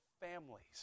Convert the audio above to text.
families